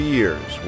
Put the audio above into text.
years